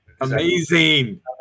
Amazing